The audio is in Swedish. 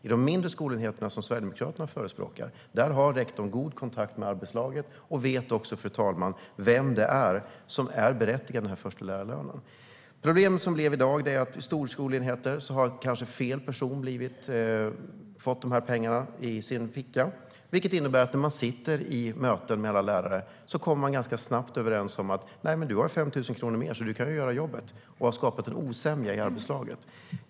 I de mindre skolenheter Sverigedemokraterna förespråkar har rektorn god kontakt med arbetslaget och vet vem det är som är berättigad till förstelärarlönen, fru talman. Problemet i dag är att det i stora skolenheter kanske är fel person som har fått de här pengarna i sin ficka. Det innebär att man när man sitter i möten mellan lärare ganska snabbt kommer överens om att "Du har 5 000 kronor mer, så du kan ju göra jobbet". Det har skapat en osämja i arbetslaget.